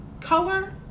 color